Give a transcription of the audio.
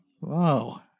Wow